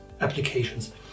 applications